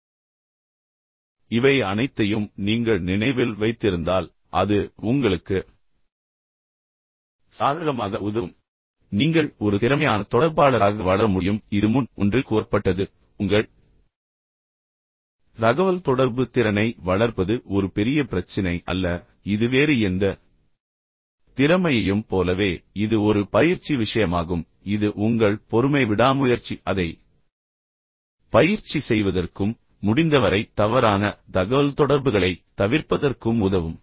எனவே இவை அனைத்தையும் நீங்கள் நினைவில் வைத்திருந்தால் அது உங்களுக்கு சாதகமாக உதவும் எனவே நீங்கள் ஒரு திறமையான தொடர்பாளராக வளர முடியும் idhu முன் ஒன்றில் கூறப்பட்டது மேலும் உங்கள் தகவல்தொடர்பு திறனை வளர்ப்பது ஒரு பெரிய பிரச்சினை அல்ல இது வேறு எந்த திறமையையும் போலவே இது ஒரு பயிற்சி விஷயமாகும் இது உங்கள் பொறுமை விடாமுயற்சி அதை பயிற்சி செய்வதற்கும் முடிந்தவரை தவறான தகவல்தொடர்புகளைத் தவிர்ப்பதற்கும் உதவும்